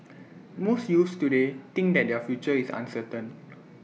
most youths today think that their future is uncertain